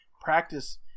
practice